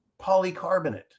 Polycarbonate